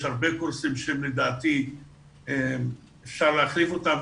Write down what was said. יש הרבה קורסים שלדעתי אפשר להחליף אותם,